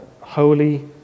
holy